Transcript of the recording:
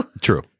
true